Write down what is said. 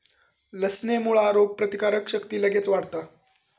लसणेमुळा रोगप्रतिकारक शक्ती लगेच वाढता